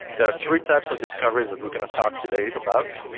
there are three types of discoveries that we're gonna talk today about,